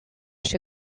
się